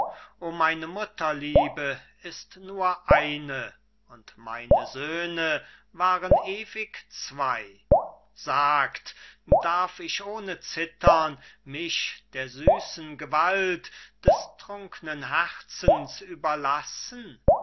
o meine mutterliebe ist nur eine und meine söhne waren ewig zwei sagt darf ich ohne zittern mich der süßen gewalt des trunknen herzens überlassen